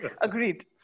Agreed